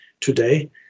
today